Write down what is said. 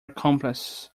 accomplices